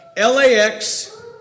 LAX